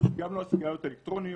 פחות דרייב להיגמל למישהו שמשתמש בטעמים.